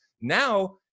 now